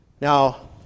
Now